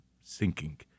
sinking